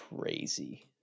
crazy